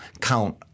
count